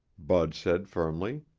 bud said firmly.